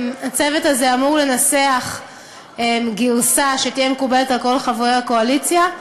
הצוות הזה אמור לנסח גרסה שתהיה מקובלת על כל חברי הקואליציה.